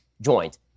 joint